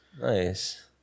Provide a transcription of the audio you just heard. Nice